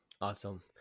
Awesome